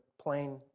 plain